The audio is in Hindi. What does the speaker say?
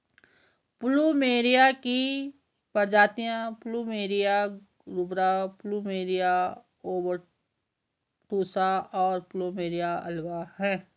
प्लूमेरिया की प्रजातियाँ प्लुमेरिया रूब्रा, प्लुमेरिया ओबटुसा, और प्लुमेरिया अल्बा हैं